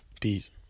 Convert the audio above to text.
Peace